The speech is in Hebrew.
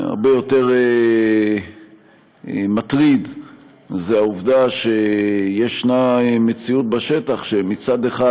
הרבה יותר מטרידה העובדה שיש מציאות בשטח שמצד אחד